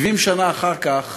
70 שנה אחר כך